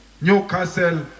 Newcastle